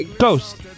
Ghost